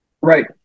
Right